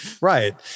right